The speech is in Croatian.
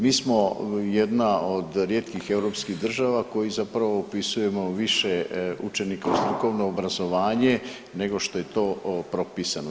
Mi smo jedna od rijetkih europskih država koji zapravo upisujemo više učenika u strukovno obrazovanje nego što je to propisano.